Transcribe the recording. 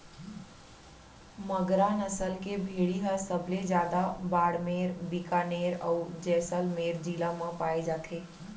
मगरा नसल के भेड़ी ह सबले जादा बाड़मेर, बिकानेर, अउ जैसलमेर जिला म पाए जाथे